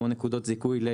כמו נקודות זיכוי.